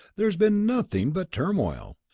there has been nothing but turmoil.